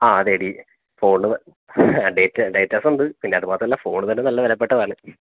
ആ അതെ the phone data ഡെറ്റാസുണ്ട് പിന്നെ അതുമാത്രല്ല ഫോണ് തന്നെ നല്ല വിലപ്പെട്ടതാണ്